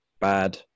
bad